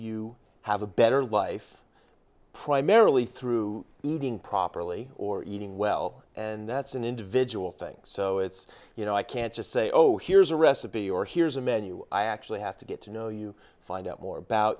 you have a better life primarily through eating properly or eating well and that's an individual things so it's you know i can't just say oh here's a recipe or here's a menu i actually have to get to know you find out more about